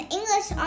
English